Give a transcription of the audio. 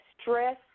stress